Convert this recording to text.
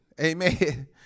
amen